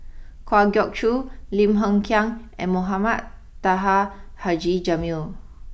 Kwa Geok Choo Lim Hng Kiang and Mohamed Taha Haji Jamil